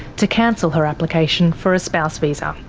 to cancel her application for a spouse visa. um